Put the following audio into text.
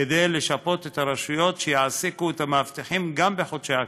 כדי לשפות את הרשויות שיעסיקו את המאבטחים גם בחודשי הקיץ.